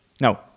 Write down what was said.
no